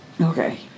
Okay